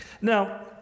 Now